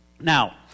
Now